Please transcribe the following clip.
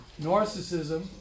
Narcissism